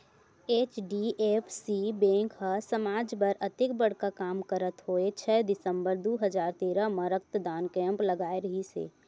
HDFC bank ह समाज बर अतेक बड़का काम करत होय छै दिसंबर दू हजार तेरा म रक्तदान कैम्प लगाय रिहिस हे